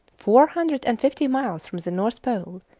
four hundred and fifty miles from the north pole,